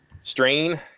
Strain